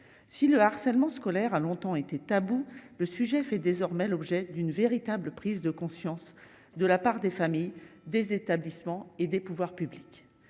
si le harcèlement scolaire a longtemps été tabou, le sujet fait désormais l'objet d'une véritable prise de conscience de la part des familles, des établissements et des pouvoirs publics